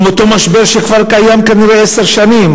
עם אותו משבר שכבר קיים כנראה עשר שנים,